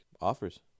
offers